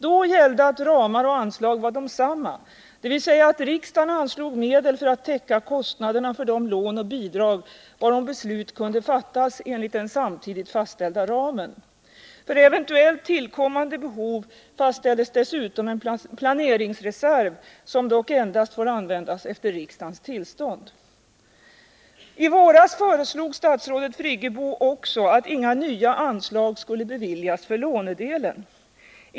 Då gällde att ramar och anslag var desamma, dvs. att riksdagen anslog medel för att täcka kostnaderna för de lån och bidrag varom beslut kunde fattas enligt den samtidigt fastställda ramen. För eventuellt tillkommande behov fastställdes dessutom en planeringsreserv, som dock endast fick användas efter riksdagens tillstånd. I våras föreslog statsrådet Friggebo också att inga nya anslag skulle beviljas för lånedelen.